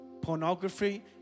pornography